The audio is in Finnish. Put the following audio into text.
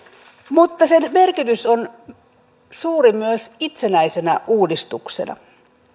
mutta sen merkitys on suuri myös itsenäisenä uudistuksena